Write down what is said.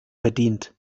verdient